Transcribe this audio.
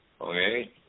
Okay